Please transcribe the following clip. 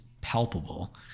palpable